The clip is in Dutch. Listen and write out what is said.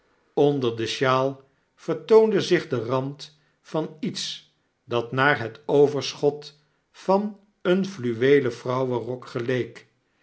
nder de sjaal vertoonde zich de rand van iets dat naar het overschot van een fluweelen vrouwenrok geleek